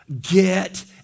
get